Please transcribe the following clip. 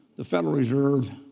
the federal reserve